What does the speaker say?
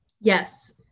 Yes